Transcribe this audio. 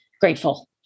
grateful